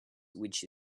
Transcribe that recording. which